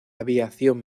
aviación